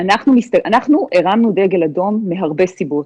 אנחנו הרמנו דגל אדום מהרבה סיבות.